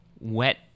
wet